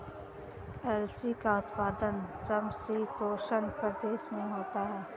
अलसी का उत्पादन समशीतोष्ण प्रदेश में होता है